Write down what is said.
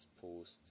post